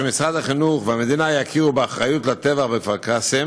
שמשרד החינוך והמדינה יכירו באחריות לטבח בכפר-קאסם